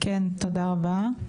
תודה רבה.